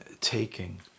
taking